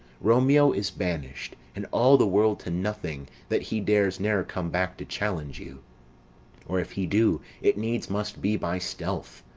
romeo is banish'd and all the world to nothing that he dares ne'er come back to challenge you or if he do, it needs must be by stealth.